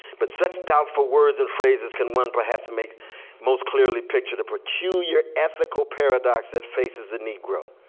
but such doubtful words and phrases can one perhaps make most clearly picture the peculiar ethical paradox that faces the negro.